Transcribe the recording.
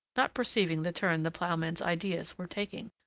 not perceiving the turn the ploughman's ideas were taking.